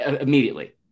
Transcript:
immediately